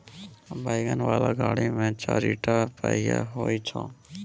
wagon बला गाड़ी मे चारिटा पहिया होइ छै